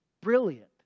brilliant